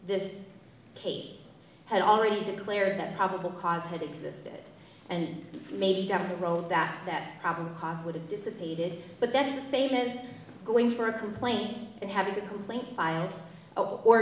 this case had already declared that probable cause had existed and maybe down the road that that problem cost would have dissipated but that is the same as going for a complaint and have a complaint filed or